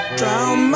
drown